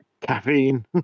caffeine